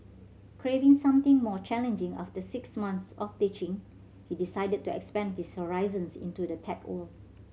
craving something more challenging after six month of teaching he decided to expand his horizons into the tech world